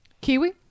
Kiwi